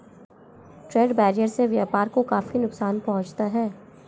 trade barrier से व्यापार को काफी नुकसान पहुंचता है